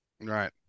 Right